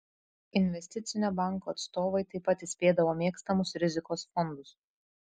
investicinio banko atstovai taip pat įspėdavo mėgstamus rizikos fondus